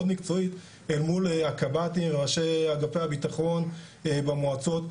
מקצועית אל מול הקב"טים וראשי אגפי הביטחון במועצות.